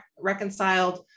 reconciled